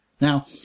Now